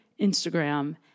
Instagram